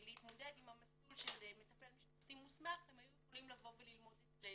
להתמודד עם המסלול של מטפל משפחתי מוסמך הם היו יכולים ללמוד אצלנו.